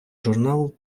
журнал